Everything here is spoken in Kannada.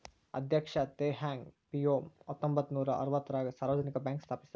ಅಧ್ಯಕ್ಷ ತೆಹ್ ಹಾಂಗ್ ಪಿಯೋವ್ ಹತ್ತೊಂಬತ್ ನೂರಾ ಅರವತ್ತಾರಗ ಸಾರ್ವಜನಿಕ ಬ್ಯಾಂಕ್ ಸ್ಥಾಪಿಸಿದ